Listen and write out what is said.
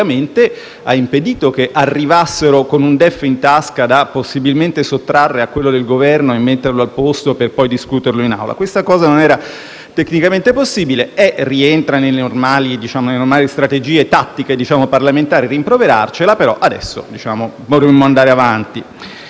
ovviamente, ha impedito che arrivassero con un DEF in tasca da sottrarre a quello del Governo e metterlo al suo posto per discuterlo in Aula. Questa cosa non era tecnicamente possibile. Rientra nelle normali strategie tattiche parlamentari rimproverarcela, però adesso vorremmo andare avanti.